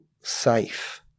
safe